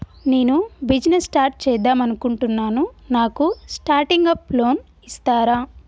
నేను business start చేద్దామనుకుంటున్నాను నాకు స్టార్టింగ్ అప్ లోన్ ఇస్తారా?